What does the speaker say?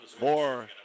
More